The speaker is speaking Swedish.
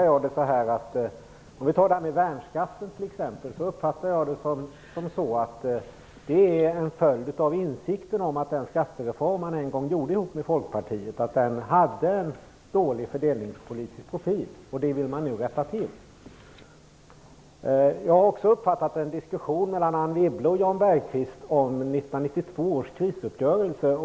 Jag uppfattar t.ex. värnskatten så att den är en följd av insikten om att den skattereform som man en gång genomförde tillsammans med Folkpartiet hade en dålig fördelningspolitisk profil, som man nu vill rätta till. Jag har också förstått att det förekommit en diskussion mellan Anne Wibble och Jan Bergqvist om 1992 års krisuppgörelse.